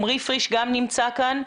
עומרי פריש גם נמצא כאן,